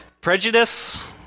prejudice